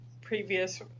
previous